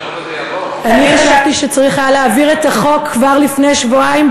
אני חשבתי שצריך היה להעביר את החוק כבר לפני שבועיים,